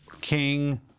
king